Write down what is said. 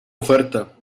oferta